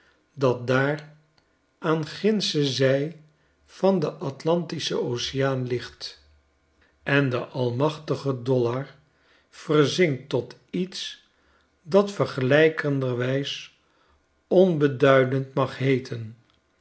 dat daar aan gindsche zij van den atlantischen oceaan ligt en de almachtige dollar verzinkt tot iets dat vergelijkenderwijs onbeduidend mag heeten